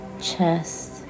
chest